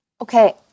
Okay